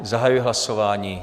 Zahajuji hlasování.